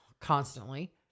constantly